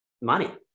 money